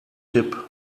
tipp